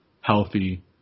healthy